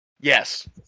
Yes